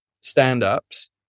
stand-ups